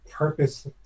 Purpose